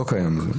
לא קיים היום.